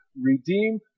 redeem